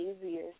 easier